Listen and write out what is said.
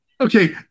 Okay